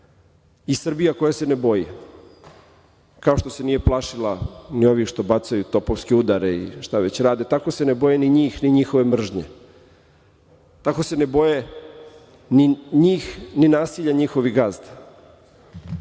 i Srbija koja se ne boji. Kao što se nije plašila ni ovih što bacaju topovske udare i šta već rade, tako se ne boje ni njih, ni njihove mržnje. Tako se ne boje ni njih ni nasilja njihovih